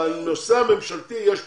בנושא הממשלתי יש פינה.